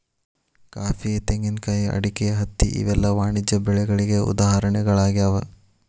coffee, ತೆಂಗಿನಕಾಯಿ, ಅಡಿಕೆ, ಹತ್ತಿ ಇವೆಲ್ಲ ವಾಣಿಜ್ಯ ಬೆಳೆಗಳಿಗೆ ಉದಾಹರಣೆಗಳಾಗ್ಯಾವ